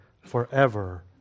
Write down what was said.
forever